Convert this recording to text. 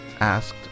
asked